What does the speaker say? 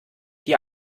die